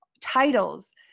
titles